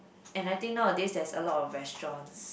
and I think nowadays there is a lot of restaurants